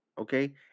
okay